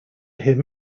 him